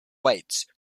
weights